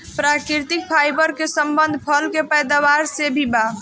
प्राकृतिक फाइबर के संबंध फल के पैदावार से भी बा